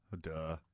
Duh